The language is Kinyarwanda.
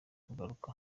kugaruka